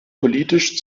politisch